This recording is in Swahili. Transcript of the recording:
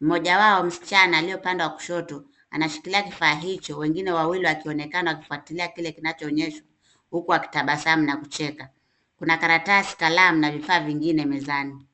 Mmoja wao msichana, aliye upande wa kushoto anashikilia kifaa hicho, wengine wawili wakionekana kufuatilia kile kinachoonyeshwa huku wakitabasamu na kucheka. Kuna karatasi, kalamu na vifaa vingine mezani.